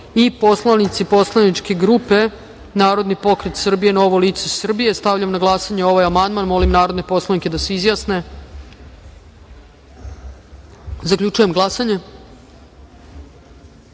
i poslanici poslaničke grupe Narodni pokret Srbije - Novo lice Srbije. Stavljam na glasanje ovaj amandman. Molim narodne poslanike da se izjasne. Zaključujem glasanje: